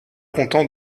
content